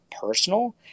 personal